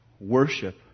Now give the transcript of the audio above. worship